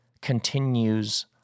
continues